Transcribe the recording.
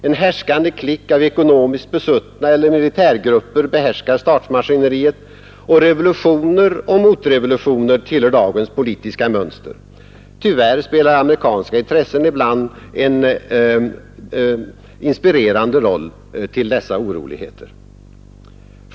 En härskande klick av de ekonomiskt besuttna eller militärgrupper behärskar statsmaskineriet, och revolutioner och motrevolutioner tillhör dagens politiska mönster. Tyvärr spelar amerikanska intressen ibland en inspirerande roll i samband med dessa oroligheter.